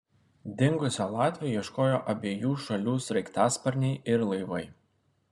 dingusio latvio ieškojo abiejų šalių sraigtasparniai ir laivai